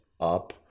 up